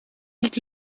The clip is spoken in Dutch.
niet